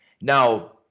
now